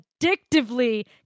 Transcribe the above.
addictively